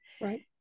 Right